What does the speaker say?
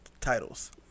titles